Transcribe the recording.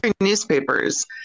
newspapers